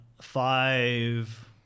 five